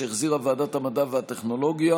שהחזירה ועדת המדע והטכנולוגיה.